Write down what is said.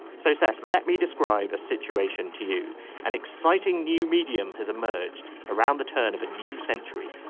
so says let me describe a situation to you an exciting new medium has emerged around the turn of a new century.